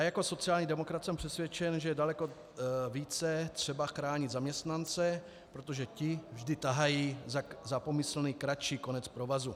Jako sociální demokrat jsem přesvědčen, že daleko více je třeba chránit zaměstnance, protože ti vždy tahají za pomyslný kratší konec provazu.